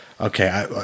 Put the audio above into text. Okay